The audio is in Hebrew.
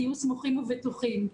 תהיו סמוכים ובטוחים.